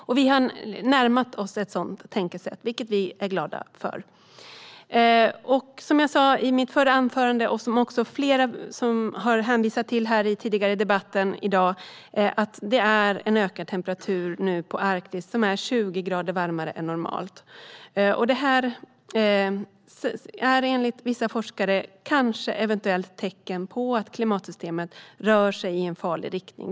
Regeringen har närmat sig ett sådant tänkesätt, vilket vi är glada för. Precis jag sa i mitt förra anförande och som flera hänvisade till i den tidigare debatten är temperaturen i Arktis 20 grader varmare än normalt. Enligt vissa forskare är det eventuellt ett tecken på att klimatsystemet rör sig i en farlig riktning.